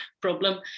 problem